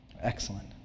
excellent